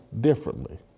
differently